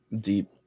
deep